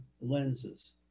lenses